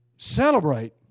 celebrate